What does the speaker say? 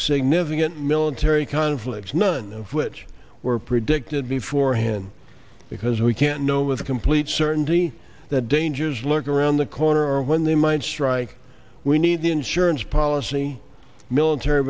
significant military conflicts none of which were predicted before hand because we can't know with complete certainty that dangers lurking around the corner are when they might strike we need surance policy military